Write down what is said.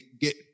get